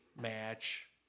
match